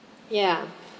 ya